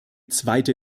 zweite